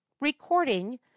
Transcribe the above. Recording